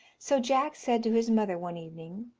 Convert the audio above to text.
so jack said to his mother one evening,